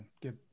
get